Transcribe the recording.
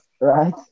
right